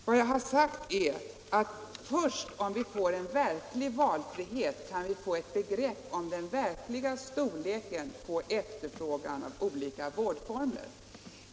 Vad jag har sagt är att först om vi får en verklig valfrihet kan vi få ett begrepp om den verkliga storleken av efterfrågan på olika vårdformer.